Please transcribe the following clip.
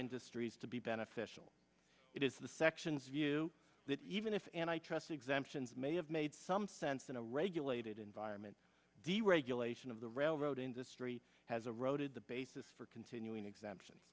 industries to be beneficial it is the sections of you that even if and i trust exemptions may have made some sense in a regulated environment deregulation of the railroad industry has a roted the basis for continuing exemption